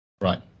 Right